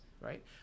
right